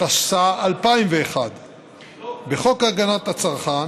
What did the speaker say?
התשס"א 2001. בחוק הגנת הצרכן,